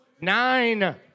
nine